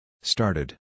Started